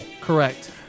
Correct